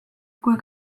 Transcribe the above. kui